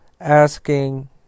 asking